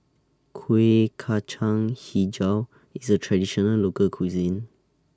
Kuih Kacang Hijau IS A Traditional Local Cuisine